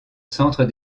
centre